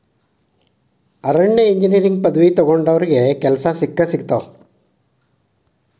ಅರಣ್ಯ ಇಂಜಿನಿಯರಿಂಗ್ ಪದವಿ ತೊಗೊಂಡಾವ್ರಿಗೆ ಕೆಲ್ಸಾ ಸಿಕ್ಕಸಿಗತಾವ